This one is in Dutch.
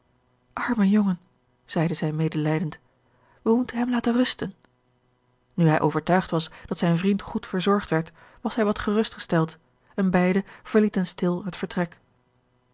arme jongen zeide zij medelijdend wij moeten hem laten usten nu hij overtuigd was dat zijn vriend goed verzorgd werd was hij wat gerust gesteld en beide verlieten stil het vertrek